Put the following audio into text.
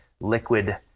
liquid